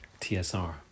TSR